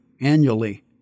annually